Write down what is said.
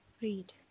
read